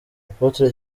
apotre